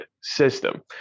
system